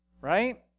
right